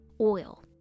oil